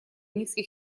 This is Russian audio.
низких